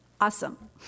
Awesome